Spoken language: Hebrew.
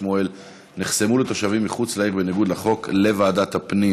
שמואל נחסמו לתושבים מחוץ לעיר בניגוד לחוק לוועדת הפנים